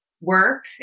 work